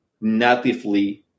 natively